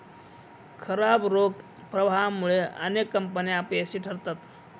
खराब रोख प्रवाहामुळे अनेक कंपन्या अपयशी ठरतात